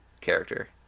character